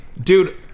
Dude